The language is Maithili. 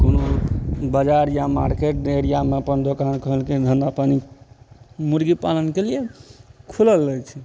कोनो बजार या मार्केट एरियामे अपन दोकान खोलिके धन्धा पानि मुर्गी पालनके लिये खुलल रहय छै